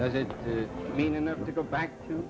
does it mean enough to go back to